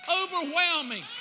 overwhelming